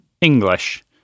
English